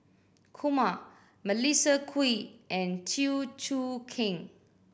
Kumar Melissa Kwee and Chew Choo Keng